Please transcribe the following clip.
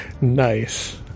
Nice